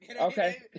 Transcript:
Okay